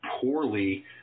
poorly